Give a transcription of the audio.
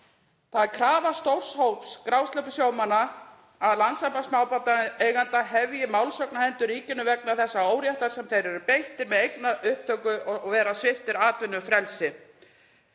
Það er krafa stórs hóps grásleppusjómanna að Landssamband smábátaeigenda hefji málsókn á hendur ríkinu vegna þessa óréttar sem þeir eru beittir með eignaupptöku og vera sviptir atvinnufrelsi.